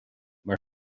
mar